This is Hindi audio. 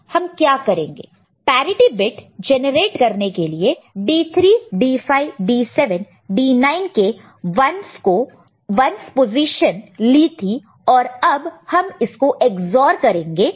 तो पैरिटि बिट जेनरेट करने के लिए D 3 D 5 D 7 D 9 के 1's पोजीशन ली थी तो अब हम इसको EX OR करेंगे P1 के साथ